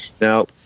Now